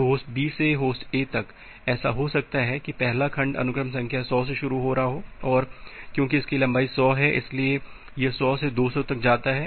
तो host B से host A तक ऐसा हो सकता है कि पहला खंड अनुक्रम संख्या 100 से शुरू हो रहा हो और क्यूंकि इसकी लंबाई 100 है इसलिए यह 100 से 200 तक जाता है